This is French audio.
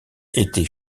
était